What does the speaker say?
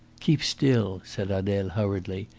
keep still! said adele hurriedly,